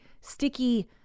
sticky